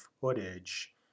footage